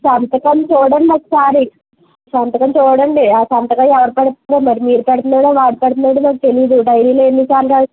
సంతకం చూడండి ఒకసారి సంతకం చూడండి ఆ సంతకం ఎవరు పెడుతున్నారు మరి మీరు పెడుతున్నారా వాడు పెడుతున్నాడా నాకు తెలీదు డైరీలో ఎన్ని సార్లు రాయి